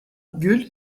gül